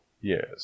yes